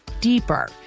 deeper